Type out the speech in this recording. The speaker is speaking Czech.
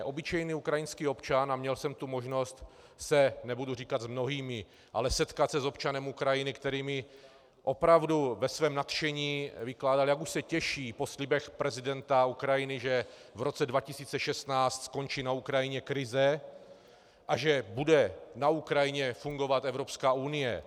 Obyčejný ukrajinský občan, a měl jsem tu možnost se, nebudu říkat s mnohými, setkat s občanem Ukrajiny, který mi opravdu ve svém nadšení vykládal, jak už se těší po slibech prezidenta Ukrajiny, že v roce 2016 skončí na Ukrajině krize a že bude na Ukrajině fungovat Evropská unie.